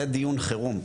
זה דיון חירום.